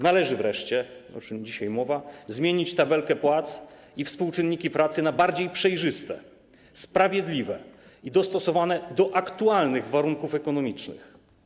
Należy wreszcie, o czym dzisiaj mowa, zmienić tabelkę płac i współczynniki pracy na bardziej przejrzyste, sprawiedliwe i dostosowane do aktualnych warunków ekonomicznych.